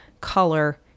color